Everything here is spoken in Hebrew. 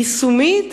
יישומית